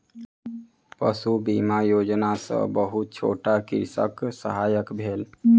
पशु बीमा योजना सॅ बहुत छोट कृषकक सहायता भेल